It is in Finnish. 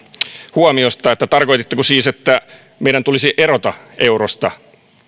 huomiosta tarkoititteko siis että meidän tulisi erota eurosta